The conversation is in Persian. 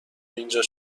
اینجا